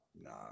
Nah